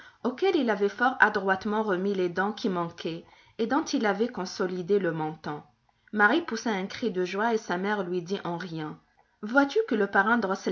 auquel il avait fort adroitement remis les dents qui manquaient et dont il avait consolidé le menton marie poussa un cri de joie et sa mère lui dit en riant vois-tu que le